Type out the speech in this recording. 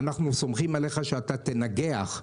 אנחנו סומכים עליך שאתה תנגח,